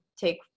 take